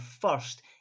first